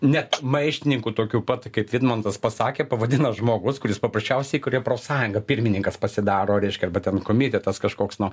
net maištininku tokiu pat kaip vidmantas pasakė pavadina žmogus kuris paprasčiausiai kuria profsąjungą pirmininkas pasidaro reiškia arba ten komitetas kažkoks no